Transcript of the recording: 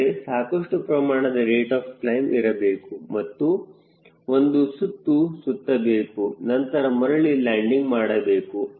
ಆದರೆ ಸಾಕಷ್ಟು ಪ್ರಮಾಣದ ರೇಟ್ ಆಫ್ ಕ್ಲೈಮ್ ಇರಬೇಕು ಮತ್ತು ಒಂದು ಸುತ್ತು ಸುತ್ತಬೇಕು ನಂತರ ಮರಳಿ ಲ್ಯಾಂಡಿಂಗ್ ಮಾಡಬೇಕು